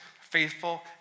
faithful